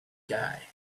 guy